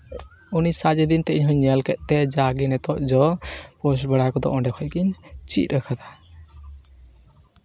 ᱩᱱᱤᱭ ᱥᱟᱨᱪ ᱟᱹᱫᱤᱧ ᱛᱮ ᱤᱧᱦᱩᱧ ᱧᱮᱞ ᱠᱮᱫᱛᱮ ᱡᱟᱜᱮ ᱱᱤᱛᱳᱜ ᱫᱚ ᱯᱳᱥᱴ ᱵᱟᱲᱟ ᱠᱚᱫᱚ ᱚᱸᱰᱮ ᱠᱷᱚᱡ ᱜᱤᱧ ᱪᱮᱫ ᱟᱠᱟᱫᱟ